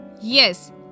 Yes